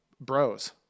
bros